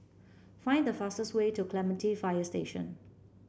find the fastest way to Clementi Fire Station